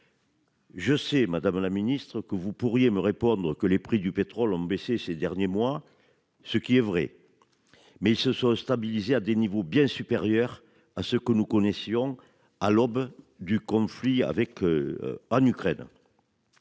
Je sais Madame la Ministre que vous pourriez me répondre que les prix du pétrole ont baissé ces derniers mois, ce qui est vrai. Mais ils se sont stabilisés à des niveaux bien supérieurs à ceux que nous connaissions à l'aube du conflit avec. En Ukraine.